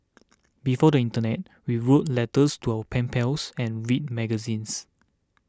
before the internet we wrote letters to our pen pals and read magazines